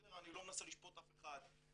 אני לא מנסה לשפוט אף אחד,